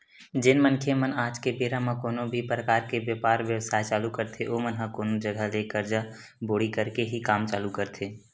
जेन मनखे मन आज के बेरा म कोनो भी परकार के बेपार बेवसाय चालू करथे ओमन ह कोनो जघा ले करजा बोड़ी करके ही काम चालू करथे